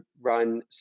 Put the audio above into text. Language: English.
run